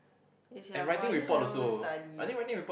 is like !wah! you know I haven't even study